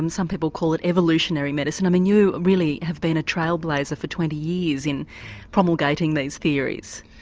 and some people call it evolutionary medicine. i mean you really have been a trailblazer for twenty years in promulgating these theories.